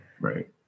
Right